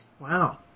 Wow